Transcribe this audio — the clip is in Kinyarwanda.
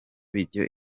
ibyo